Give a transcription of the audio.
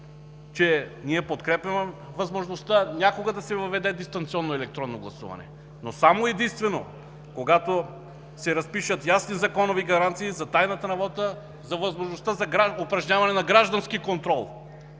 че подкрепяме възможността някога да се въведе дистанционно електронно гласуване, но само и единствено, когато се разпишат ясни законови гаранции за тайната на вота, за възможността за упражняване на граждански контрол